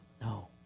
No